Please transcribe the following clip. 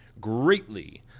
greatly